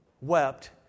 wept